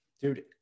dude